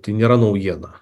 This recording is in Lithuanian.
tai nėra naujiena